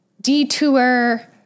detour